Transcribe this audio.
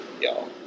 y'all